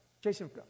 Jason